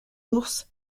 ours